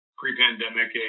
pre-pandemic